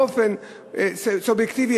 באופן סובייקטיבי,